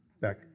back